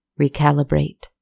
recalibrate